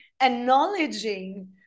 acknowledging